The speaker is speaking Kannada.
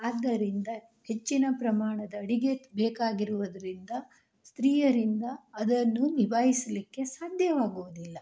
ಆದ್ದರಿಂದ ಹೆಚ್ಚಿನ ಪ್ರಮಾಣದ ಅಡಿಗೆ ಬೇಕಾಗಿರುವುದರಿಂದ ಸ್ತ್ರೀಯರಿಂದ ಅದನ್ನು ನಿಭಾಯಿಸಲಿಕ್ಕೆ ಸಾಧ್ಯವಾಗುವುದಿಲ್ಲ